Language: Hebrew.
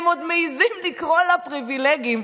והם עוד מעיזים לקרוא להם פריבילגים.